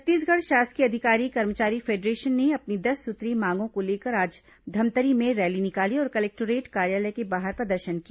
छत्तीसगढ़ शासकीय अधिकारी कर्मचारी फेडरेशन ने अपनी दस सूत्रीय मांगों को लेकर आज धमतरी में रैली निकाली और कलेक्टोरेट कार्यालय के बाहर प्रदर्शन किया